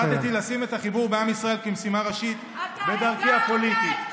החלטתי לשים את החיבור בעם ישראל כמשימה ראשית בדרכי הפוליטית.